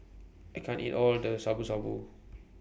I can't eat All of This Shabu Shabu